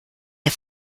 der